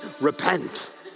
repent